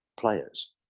players